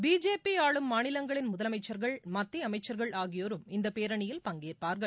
BJP ஆளும் மாநிலங்களின் முதலமைச்சர்கள் மத்திய அமைச்சர்கள் ஆகியோரும் இந்தப்பேரணியில் பங்கேற்பார்கள்